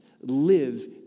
live